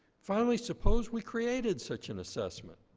finally, suppose we created such an assessment.